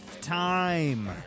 time